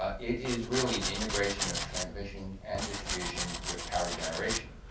ah it is really the integration of transmission and distribution with power generation.